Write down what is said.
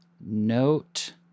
Note